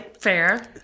Fair